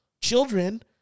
children